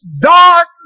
dark